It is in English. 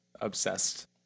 obsessed